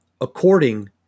according